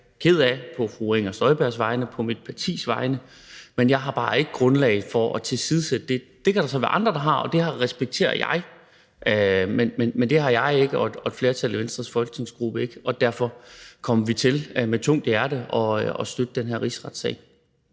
ked af på fru Inger Støjbergs vegne og på mit partis vegne. Men jeg har bare ikke grundlag for at tilsidesætte det. Det kan der så være andre der har, og det respekterer jeg. Men det har jeg og et flertal af Venstres folketingsgruppe ikke, og derfor kommer vi til – med tungt hjerte – at støtte den her rigsretssag.